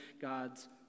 God's